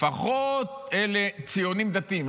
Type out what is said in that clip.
לפחות אלה שציונים דתיים,